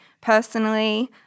personally